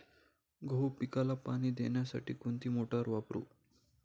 गहू पिकाला पाणी देण्यासाठी कोणती मोटार वापरू?